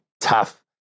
tough